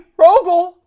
Rogel